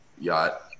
yacht